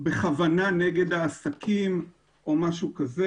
בכוונה נגד העסקים או משהו כזה.